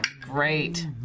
Great